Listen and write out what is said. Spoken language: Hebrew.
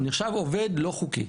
הוא נחשב עובד לא חוקי,